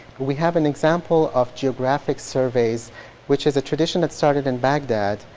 we have an example of geographic surveys which is a tradition that started in baghdad,